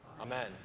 Amen